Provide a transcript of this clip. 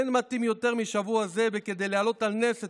אין מתאים יותר משבוע זה כדי להעלות על נס את